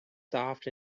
soft